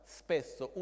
spesso